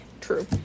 true